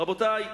רבותי,